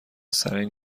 سرین